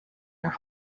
your